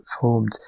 formed